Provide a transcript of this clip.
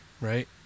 Right